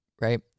Right